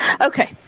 Okay